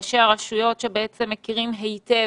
לראשי הרשויות שבעצם מכירים היטב